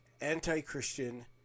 anti-Christian